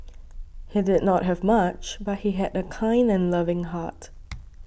he did not have much but he had a kind and loving heart